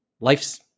life's